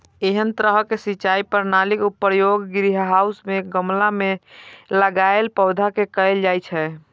एहन तरहक सिंचाई प्रणालीक प्रयोग ग्रीनहाउस मे गमला मे लगाएल पौधा मे कैल जाइ छै